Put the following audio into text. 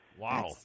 Wow